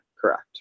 Correct